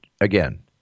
again